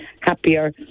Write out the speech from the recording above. happier